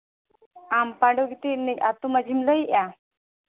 ᱟᱢ ᱯᱟᱺᱰᱩᱜᱤᱛᱤ ᱨᱤᱱᱤᱡ ᱟᱹᱛᱩ ᱢᱟᱹᱡᱷᱤᱢ ᱞᱟᱹᱭᱮᱫᱼᱟ